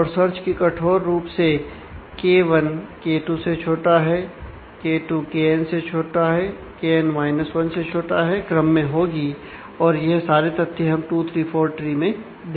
और सर्च की कठोर रूप से K1 K2 Kn 1 क्रम में होगी और यह सारे तथ्य हम 2 3 4 ट्री में देख चुके हैं